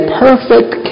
perfect